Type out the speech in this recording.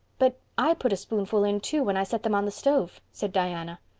but i put a spoonful in too, when i set them on the stove, said diana.